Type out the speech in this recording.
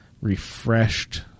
refreshed